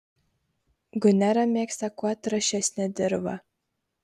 gunera mėgsta kuo trąšesnę dirvą